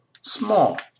small